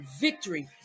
Victory